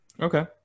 Okay